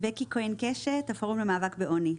בקי כהן קשת, הפורום למאבק בעוני.